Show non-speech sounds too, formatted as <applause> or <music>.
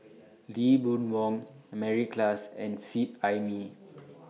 <noise> Lee Boon Wang Mary Klass and Seet Ai Mee <noise>